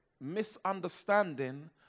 misunderstanding